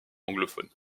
anglophone